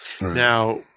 Now